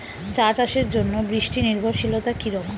চা চাষের জন্য বৃষ্টি নির্ভরশীলতা কী রকম?